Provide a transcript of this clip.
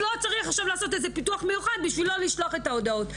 לא צריך עכשיו לעשות איזה פיתוח מיוחד בשביל לא לשלוח את ההודעות.